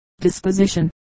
disposition